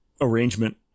arrangement